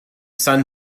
sun